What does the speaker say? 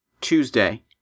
Tuesday